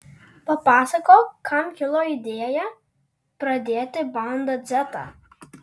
papasakok kam kilo idėja pradėti banda dzetą